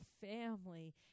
family